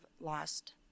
lost